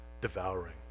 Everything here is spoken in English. devouring